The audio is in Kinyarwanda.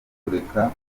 kureka